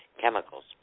chemicals